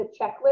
checklist